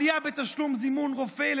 עלייה בתשלום זימון רופא.